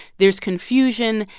there's confusion.